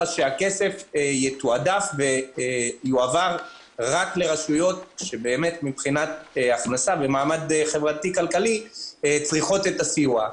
שהכסף יתועדף ויועבר רק לרשויות שצריכות את הסיוע.